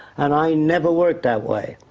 and i never work that way.